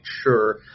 sure